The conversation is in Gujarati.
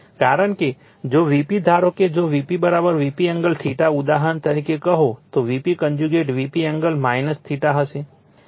કારણ કે જો Vp ધારો કે જો Vp Vp એંગલ ઉદાહરણ તરીકે કહો તો Vp કન્જ્યુગેટ Vp એંગલ હશે